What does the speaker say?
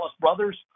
brothers